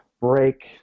break